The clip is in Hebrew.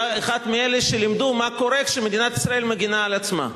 הוא היה אחד מאלה שלימדו מה קורה כשמדינת ישראל מגינה על עצמה.